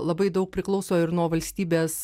labai daug priklauso ir nuo valstybės